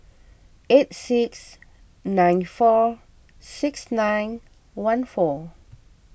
eight six nine four six nine one four